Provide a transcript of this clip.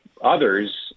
others